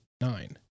nine